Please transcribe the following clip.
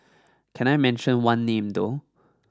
can I mention one name though